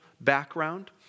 background